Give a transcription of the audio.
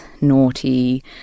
naughty